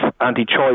anti-choice